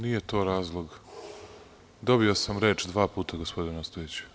Nije to razlog, dobio sam reč dva puta, gospodine Ostojiću.